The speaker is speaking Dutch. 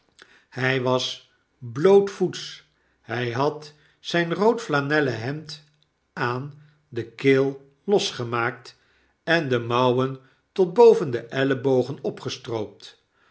hy was blootvoets hy had zyn roodflanellerv hemd aan de keel losgemaakt en de mouwen tot boven de ellebogen opgestroopt